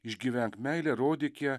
išgyvenk meilę rodyk ją